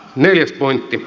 neljäs pointti